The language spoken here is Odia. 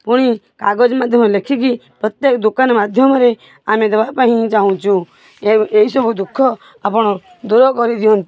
ପୁଣି କାଗଜ ମାଧ୍ୟମରେ ଲେଖିକି ପ୍ରତ୍ୟେକ ଦୋକାନ ମାଧ୍ୟମରେ ଆମେ ଦବା ପାଇଁ ହିଁ ଚାହୁଁଛୁ ଏ ଏଇସବୁ ଦୁଃଖ ଆପଣ ଦୂର କରିଦିଅନ୍ତୁ